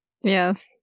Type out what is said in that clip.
Yes